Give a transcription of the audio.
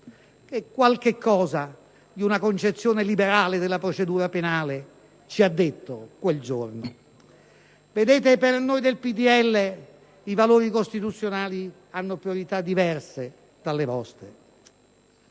che qualcosa di una concezione liberale della procedura penale ci ha detto in quell'occasione. Per noi del PdL i valori costituzionali hanno priorità diverse dalle vostre,